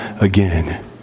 again